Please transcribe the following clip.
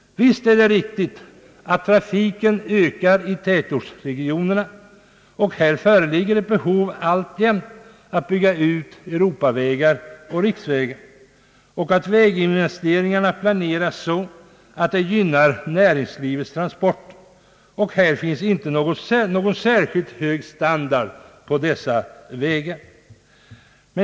Visst är det riktigt att trafiken ökar i tätortsregionerna och att det föreligger ett behov av att bygga ut Europavägar och riksvägar samt att väginvesteringarna planeras så att de gynnar näringslivets transporter. Det är inte särskilt hög standard på dessa vägar.